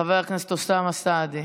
חבר הכנסת אוסאמה סעדי.